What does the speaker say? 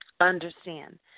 Understand